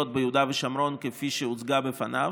ביהודה ושומרון כפי שהוצגה בפניו,